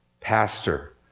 pastor